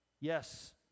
Yes